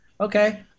okay